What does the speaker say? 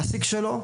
ועל המעסיק שלו.